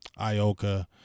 Ioka